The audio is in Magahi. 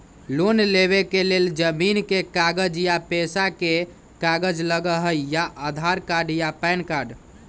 लोन लेवेके लेल जमीन के कागज या पेशा के कागज लगहई या आधार कार्ड या पेन कार्ड?